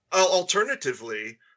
alternatively